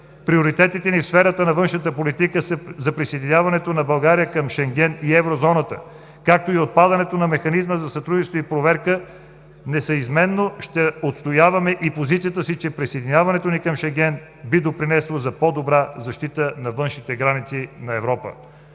Приоритетите ни в сферата на външната политика са за присъединяването на България към Шенген и Еврозоната, както и отпадането на Механизма за сътрудничество и проверка. Неизменно ще отстояваме и позицията си, че присъединяването ни към Шенген би допринесло за по-добра защита на външните граници на Европа.